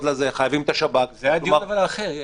חייבים את השב"כ --- זה היה דיון אחר.